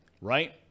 right